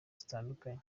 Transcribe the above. zitandukanye